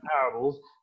parables